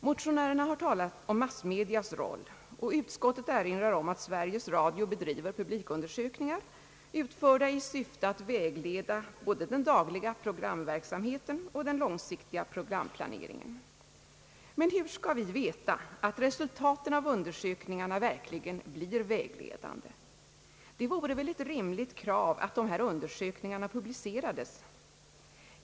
Motionärerna har talat om massmediernas roll, och utskottet erinrar om att Sveriges Radio bedriver publikundersökningar i syfte att vägleda både den dagliga programverksamheten och den långsiktiga programplaneringen. Men hur skall vi veta att resultatet av undersökningarna verkligen blir vägledande? Det vore väl ett rimligt krav att dessa undersökningar publicerades.